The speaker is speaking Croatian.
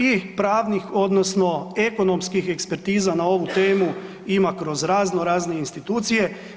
I pravnih odnosno ekonomskih ekspertiza na ovu temu ima kroz raznorazne institucije.